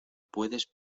puedes